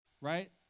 right